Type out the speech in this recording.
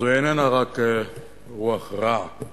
זוהי איננה רק רוח רעה,